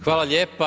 Hvala lijepa.